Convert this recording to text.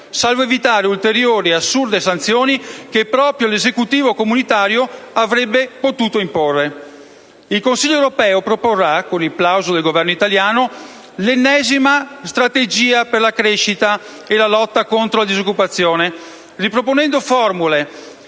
salvo evitare ulteriori assurde sanzioni che proprio l'Esecutivo comunitario avrebbe potuto imporre. Il Consiglio europeo proporrà, con il plauso del Governo italiano, l'ennesima strategia per la crescita e la lotta contro la disoccupazione, riproponendo formule